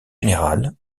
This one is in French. général